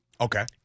okay